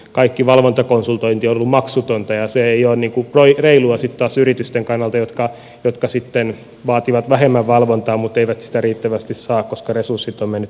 kaikki valvontakonsultointi on ollut maksutonta ja se ei ole reilua sitten taas yritysten kannalta jotka vaativat vähemmän valvontaa mutta eivät sitä riittävästi saa koska resurssit ovat menneet tällaiseen